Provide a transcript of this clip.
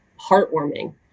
heartwarming